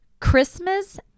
Christmas